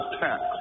Tax